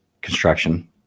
construction